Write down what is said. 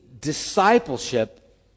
discipleship